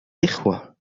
إخوة